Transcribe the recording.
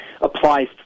applies